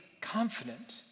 confident